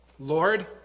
Lord